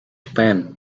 japan